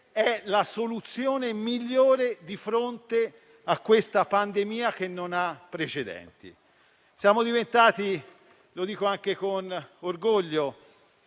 la soluzione migliore di fronte a questa pandemia che non ha precedenti. Dico, anche con orgoglio,